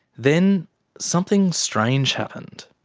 then something strange happened.